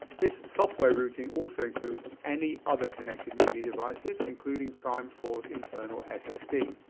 this software routing also includes any other connected media devices, including prime four s internal ssd.